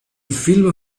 film